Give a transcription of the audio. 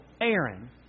Aaron